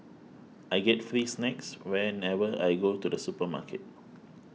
I get free snacks whenever I go to the supermarket